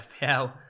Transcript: FPL